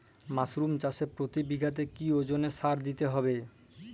Mushroom চাষে প্রতি বিঘাতে কি ওজনে সার দিতে হবে?